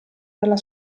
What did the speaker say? dalla